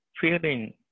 feeling